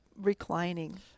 Reclining